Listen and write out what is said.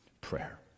Prayer